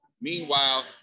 Meanwhile